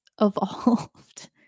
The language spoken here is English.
evolved